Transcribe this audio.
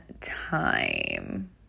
time